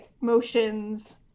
motions